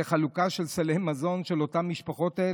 זו חלוקה של סלי מזון לאותן משפחות.